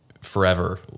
forever